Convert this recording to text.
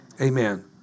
Amen